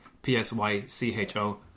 P-S-Y-C-H-O